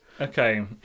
Okay